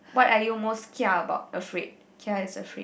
what are you most kia about afraid kia is afraid